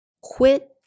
quit